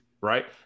right